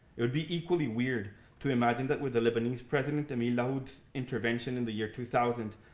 it would be equally weird to imagine that with the lebanese president emile lahoud's intervention in the year two thousand,